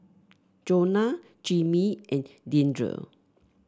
Jonah Jimmy and Deandre